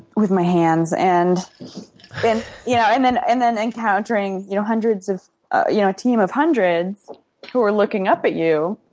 with my hands. and you know and yeah. and then encountering, you know, hundreds of ah you know, a team of hundreds who are looking up at you.